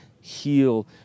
heal